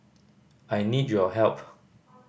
I need your help